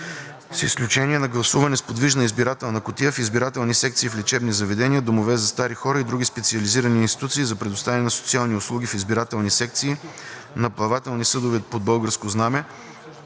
с изключение на гласуване с подвижна избирателна кутия, в избирателни секции в лечебни заведения, домове за стари хора и други специализирани институции за предоставяне на социални услуги, в избирателни секции на плавателни съдове под българско знаме,